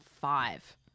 five